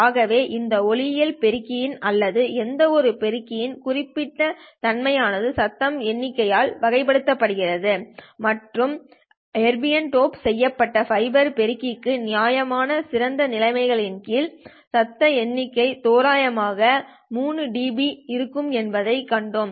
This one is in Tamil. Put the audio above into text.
ஆகவே இந்த ஒளியியல் பெருக்கி இன் அல்லது எந்தவொரு பெருக்கியின் குறிப்பிட்ட தன்மை ஆனதுசத்தம் எண்ணிக்கை ஆல் வகைப்படுத்தப்படுகிறது மற்றும் எஎர்பிரிம் டோப் செய்யப்பட்ட ஃபைபர் பெருக்கிக்கு நியாயமான சிறந்த நிலைமைகளின் கீழ் சத்தம் எண்ணிக்கை தோராயமாக 3 டிபி இருக்கும் என்பதைக் கண்டோம்